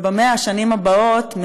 וב-100 השנים הבאות,